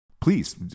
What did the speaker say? Please